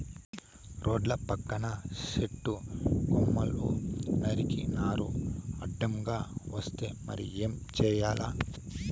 రోడ్ల పక్కన సెట్టు కొమ్మలు నరికినారు అడ్డంగా వస్తే మరి ఏం చేయాల